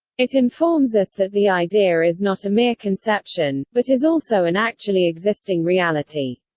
it informs us that the idea is not a mere conception, but is also an actually existing reality.